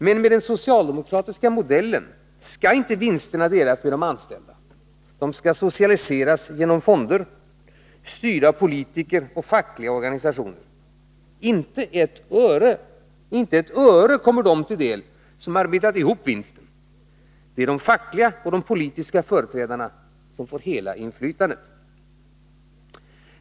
Men med den socialdemokratiska modellen skall inte vinsterna delas med de anställda — de skall socialiseras genom fonder, styrda av politiker och fackliga organisationer. Inte ett öre kommer dem till del som arbetat ihop vinsten. Det är de fackliga och politiska företrädarna som får hela inflytandet.